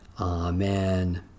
Amen